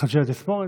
תתחדשי על התספורת.